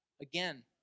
Again